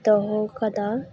ᱫᱚᱦᱚᱣ ᱠᱟᱫᱟ